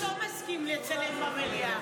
היושב-ראש לא מסכים לצלם במליאה.